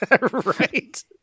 right